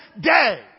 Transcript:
day